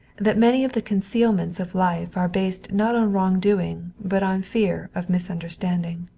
that many of the concealments of life are based not on wrongdoing but on fear of misunderstanding.